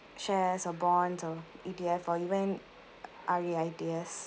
shares or bonds or E_T_F or even R_E_I_T_S